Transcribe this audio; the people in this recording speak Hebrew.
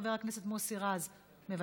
חבר הכנסת מוסי רז, מוותר,